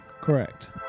correct